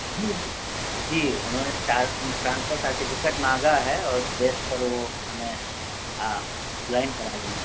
جی جی انہوں نے ٹران ٹرانسفر سرٹیفکیٹ مانگا ہے اور اس بیس پہ وہ ہمیں ہاں جوائن کرا لیں گے